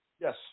Yes